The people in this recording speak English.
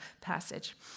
passage